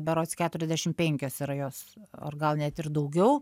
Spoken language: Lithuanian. berods keturiasdešim penkios yra jos ar gal net ir daugiau